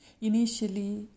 Initially